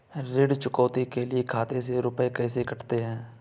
ऋण चुकौती के लिए खाते से रुपये कैसे कटते हैं?